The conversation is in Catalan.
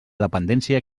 dependència